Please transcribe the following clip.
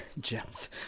gems